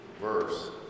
verse